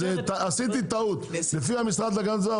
-- לפי המשרד להגנת הסביבה,